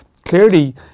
Clearly